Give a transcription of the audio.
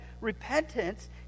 Repentance